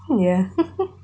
ya